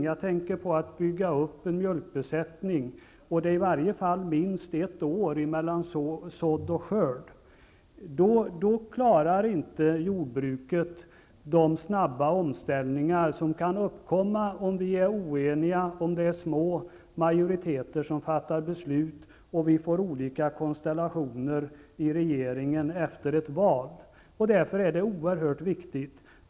Jag tänker här t.ex. på att bygga upp en mjölkbesättning, och det är i varje fall minst ett år mellan sådd och skörd. Jordbruket klarar inte de snabba omställningar som kan uppkomma om vi är oeniga och besluten fattas med liten majoritet och när vi får olika konstellationer i regeringen efter ett val. Detta är oerhört viktigt.